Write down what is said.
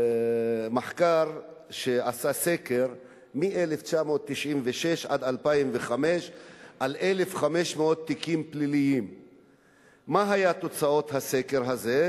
המחקר סקר 1,500 תיקים פליליים מ-1996 עד 2005. מה היו תוצאות הסקר הזה?